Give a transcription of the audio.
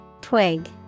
Twig